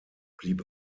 blieb